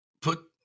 put